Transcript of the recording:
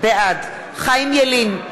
בעד חיים ילין,